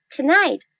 Tonight